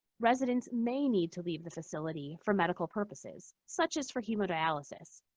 residents may need to leave the facility for medical purposes such as for hemodialysis.